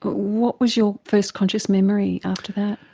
what was your first conscious memory after that?